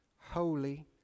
holy